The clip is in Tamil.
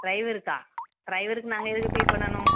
ட்ரைவருக்கா ட்ரைவருக்கு நாங்கள் எதுக்கு பே பண்ணணும்